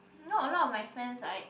you know a lot of my friends like